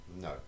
no